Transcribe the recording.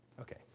Okay